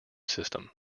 system